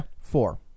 Four